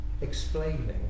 explaining